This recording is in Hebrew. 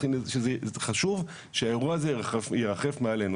חשוב שהאירוע הזה ירחף מעלינו.